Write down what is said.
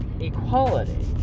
equality